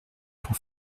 pour